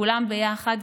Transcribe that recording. כולם ביחד,